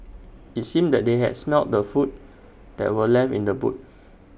IT seemed that they had smelt the food that were left in the boot